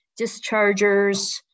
dischargers